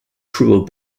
cruel